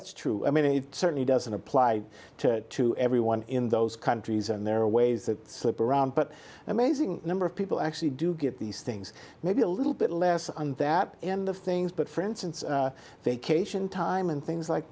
it's true i mean it certainly doesn't apply to everyone in those countries and there are ways that but an amazing number of people actually do get these things maybe a little bit less on that end of things but for instance vacation time and things like